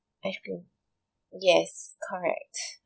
ice cream yes correct